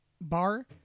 Bar